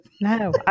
no